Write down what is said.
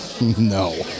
No